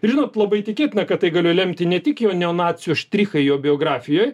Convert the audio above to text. žinot labai tikėtina kad tai galėjo lemti ne tik jo neonacių štrichai jo biografijoj